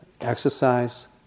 Exercise